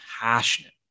passionate